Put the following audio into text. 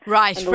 right